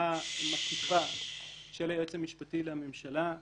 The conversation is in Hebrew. סקירה מקיפה של היועץ המשפטי לממשלה.